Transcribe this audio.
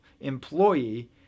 employee